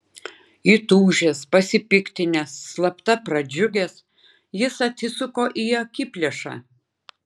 įtūžęs pasipiktinęs slapta pradžiugęs jis atsisuko į akiplėšą